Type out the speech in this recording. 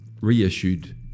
reissued